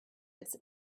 its